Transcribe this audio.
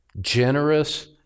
generous